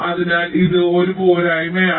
അതിനാൽ ഇത് ഒരു പോരായ്മയാണ്